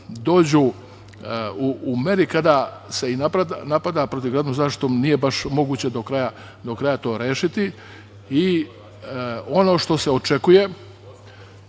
kojoj i kada se i napada protivgradnom zaštitom nije baš moguće do kraja to rešiti. Ono što se očekuje